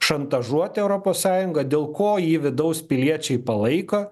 šantažuot europos sąjungą dėl ko jį vidaus piliečiai palaiko